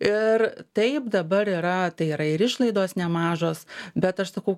ir taip dabar yra tai yra ir išlaidos nemažos bet aš sakau